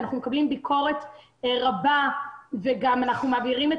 אנחנו מקבלים ביקורת רבה ואנחנו גם מעבירים את